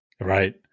Right